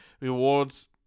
rewards